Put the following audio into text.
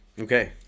Okay